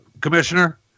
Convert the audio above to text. commissioner